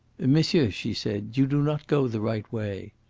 monsieur, she said, you do not go the right way.